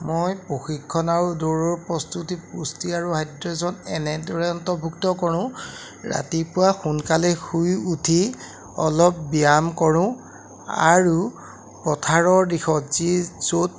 মই প্ৰশিক্ষন আৰু দৌৰৰ প্ৰস্তুতি পুষ্টি আৰু হাইড্ৰজত এনেদৰে অন্তৰ্ভুক্ত কৰোঁ ৰাতিপুৱা সোনকালে শুই উঠি অলপ ব্যায়াম কৰোঁ আৰু পথাৰৰ দিশত যি য'ত